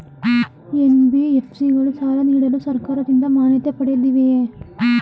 NBFC ಗಳು ಸಾಲ ನೀಡಲು ಸರ್ಕಾರದಿಂದ ಮಾನ್ಯತೆ ಪಡೆದಿವೆಯೇ?